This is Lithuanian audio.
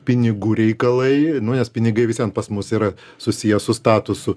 pinigų reikalai nu nes pinigai vis vien pas mus yra susiję su statusu